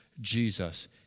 Jesus